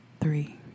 three